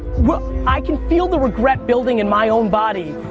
rough. i can feel the regret building in my own body,